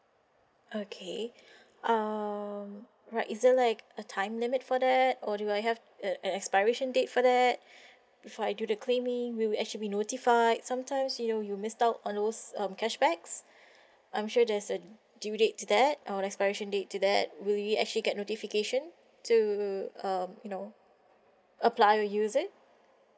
okay um right is there like a time limit for that or do I have uh an expiration date for that before I do the claiming will I actually be notified sometimes you know you missed out on those um cashbacks I'm sure there's a due date to that or expiration date to that will we actually get notification to um you know apply use it